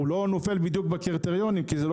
הוא לא נופל בדיוק בקריטריונים כי הוא לא